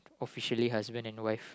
officially husband and wife